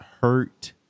hurt